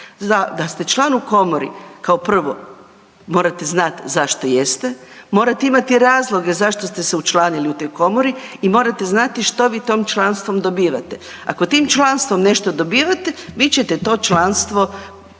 Da ste član u komori kao prvo morate znati zašto jeste, morate imati razloge zašto ste se učlanili u toj komori i morate znati što vi tom članstvom dobivate. Ako tim članstvom nešto dobivate vi ćete to članstvo dakle